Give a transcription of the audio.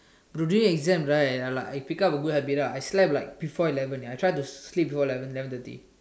today exam right like I pick up a good habit ah I slept like before eleven eh I try to sleep before eleven eleven thirty